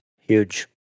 huge